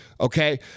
Okay